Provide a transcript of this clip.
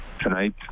tonight